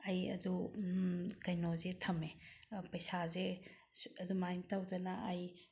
ꯑꯩ ꯑꯗꯨ ꯀꯩꯅꯣꯁꯦ ꯊꯝꯃꯦ ꯄꯩꯁꯥꯁꯦ ꯑꯗꯨꯃꯥꯏꯅ ꯇꯧꯗꯅ ꯑꯩ